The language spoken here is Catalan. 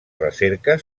recerca